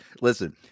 Listen